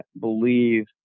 believe